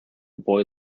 boy